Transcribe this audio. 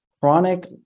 Chronic